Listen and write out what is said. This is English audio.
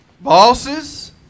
bosses